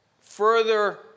further